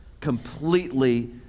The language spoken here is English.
completely